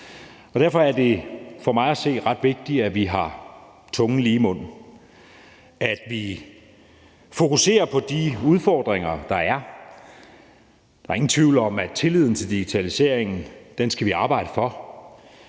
Derfor er det for mig at se ret vigtigt, at vi har tungen lige i munden, og at vi fokuserer på de udfordringer, der er. Der er ingen tvivl om, at tilliden til digitaliseringen skal vi arbejde for.